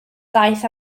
ddaeth